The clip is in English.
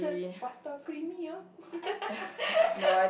pasta creamy ah